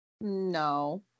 No